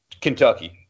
Kentucky